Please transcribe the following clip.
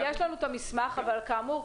יש לנו את המסמך אבל כאמור,